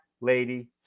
lady